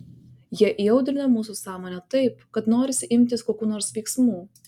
jie įaudrina mūsų sąmonę taip kad norisi imtis kokių nors veiksmų